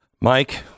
Mike